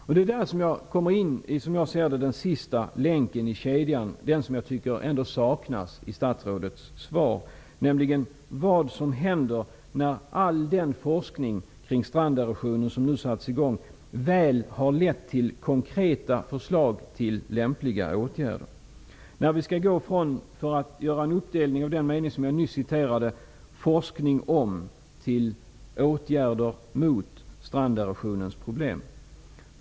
Och det är där som jag kommer till det som jag ser som den sista länken i kedjan -- den som jag tycker saknas i statsrådets svar -- nämligen vad som händer när all den forskning kring stranderosionen som nu satts i gång väl har lett till konkreta förslag till lämpliga åtgärder. När vi skall gå från -- för att hänvisa till den mening som jag nyss citerade -- stranderosionens problem?